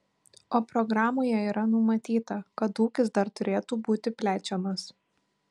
o programoje yra numatyta kad ūkis dar turėtų būti plečiamas